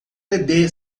bebê